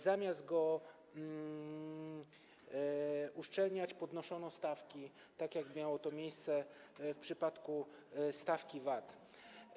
Zamiast go uszczelniać, podnoszono stawki, tak jak miało to miejsce w przypadku stawki VAT.